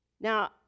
Now